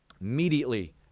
Immediately